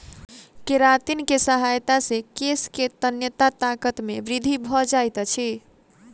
keratin के सहायता से केश के तन्यता ताकत मे वृद्धि भ जाइत अछि